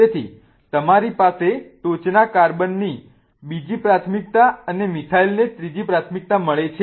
તેથી તમારી પાસે ટોચના કાર્બન ની બીજી પ્રાથમિકતા અને મિથાઈલને ત્રીજી પ્રાથમિકતા મળે છે